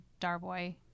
Darboy